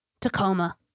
Tacoma